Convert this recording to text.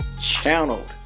channeled